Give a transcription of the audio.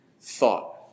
thought